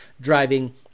driving